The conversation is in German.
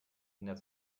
ändert